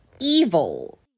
evil